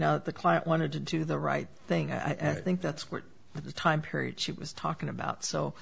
now the client wanted to do the right thing i think that's what the time period she was talking about so